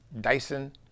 Dyson